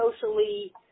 socially